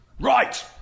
Right